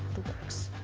works.